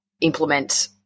implement